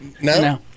No